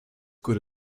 good